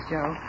Joe